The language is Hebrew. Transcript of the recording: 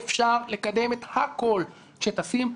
אפשר לקדם את הכול כשטסים.